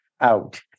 out